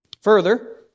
Further